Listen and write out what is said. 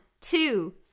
two